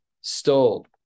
stole